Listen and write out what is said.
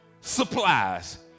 supplies